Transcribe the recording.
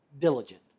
diligent